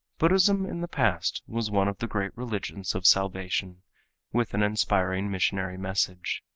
buddhism in the past was one of the great religions of salvation with an inspiring missionary message.